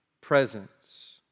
presence